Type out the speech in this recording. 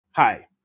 Hi